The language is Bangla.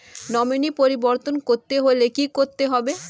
নমিনি পরিবর্তন করতে হলে কী করতে হবে?